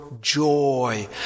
Joy